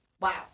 Wow